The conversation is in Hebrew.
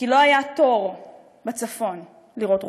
כי לא היה תור בצפון לראות רופא.